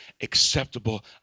acceptable